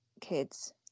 kids